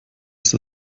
ist